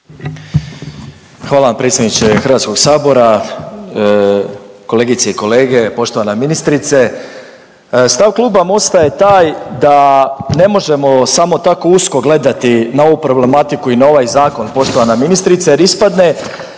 Hvala vam predsjedniče HS. Kolegice i kolege, poštovana ministrice, stav Kluba Mosta je taj da ne možemo samo tako usko gledati na ovu problematiku i na ovaj zakon poštovana ministrice jer ispadne